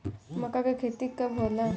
माका के खेती कब होला?